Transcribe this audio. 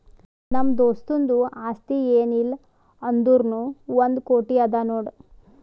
ನಮ್ದು ದೋಸ್ತುಂದು ಆಸ್ತಿ ಏನ್ ಇಲ್ಲ ಅಂದುರ್ನೂ ಒಂದ್ ಕೋಟಿ ಅದಾ ನೋಡ್